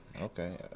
okay